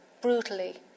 brutally